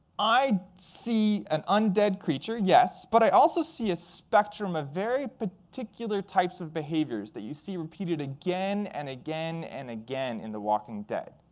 i see an undead creature, yes. but i also see a spectrum of very particular types of behaviors that you see repeated again and again and again in the walking dead.